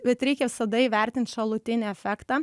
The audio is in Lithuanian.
bet reikia visada įvertint šalutinį efektą